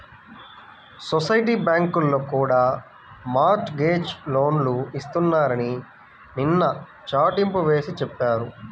society బ్యాంకుల్లో కూడా mortgage లోన్లు ఇస్తున్నారని నిన్న చాటింపు వేసి చెప్పారు